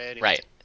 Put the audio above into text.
Right